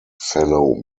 fellow